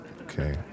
Okay